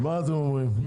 מה אתם אומרים?